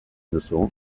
duzu